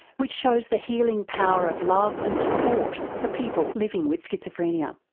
which shows the healing power of love and support for people living with schizophrenia.